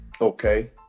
Okay